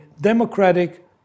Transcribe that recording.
democratic